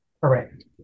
Correct